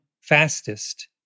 fastest